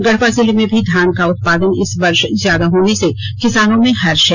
गढवा जिले में भी धान का उत्पादन इस वर्ष ज्यादा होने से किसानों में हर्ष है